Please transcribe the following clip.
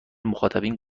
مخاطبین